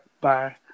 Bye